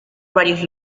varios